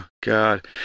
god